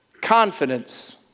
Confidence